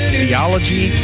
theology